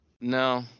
No